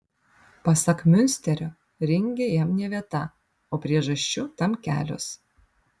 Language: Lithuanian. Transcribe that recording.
pasak miunsterio ringe jam ne vieta o priežasčių tam kelios